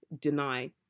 deny